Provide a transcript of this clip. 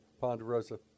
Ponderosa